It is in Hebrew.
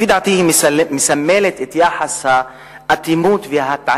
לפי דעתי מסמלת את יחס האטימות וההתעלמות